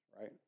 right